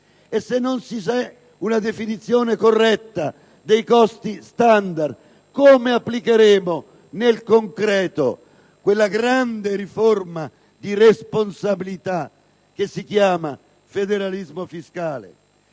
E se non vi è una definizione corretta dei costi standard, come applicheremo nel concreto quella grande riforma di responsabilità che si chiama federalismo fiscale?